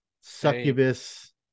succubus